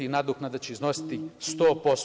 Nadoknada će iznositi 100%